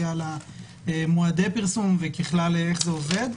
בנוגע למועדי פרסום וככלל, איך זה עובד.